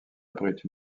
abrite